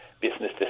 business